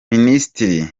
minisitiri